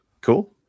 Cool